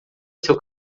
seu